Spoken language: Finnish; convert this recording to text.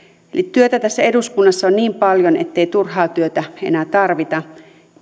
työtä tässä eduskunnassa on niin paljon ettei turhaa työtä enää tarvita